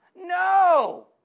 No